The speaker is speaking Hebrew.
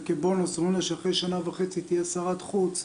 וכבונוס אומרים לה שאחרי שנה וחצי היא תהיה שרת חוץ,